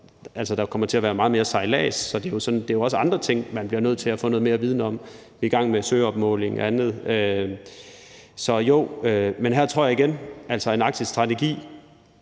der kommer til at være meget mere sejlads, så det er jo også andre ting, man bliver nødt til at få noget mere viden om – vi er i gang med søopmåling og andet. Men her tror jeg igen, at en arktisk strategi